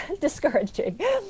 discouraging